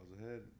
ahead